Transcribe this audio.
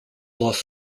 loss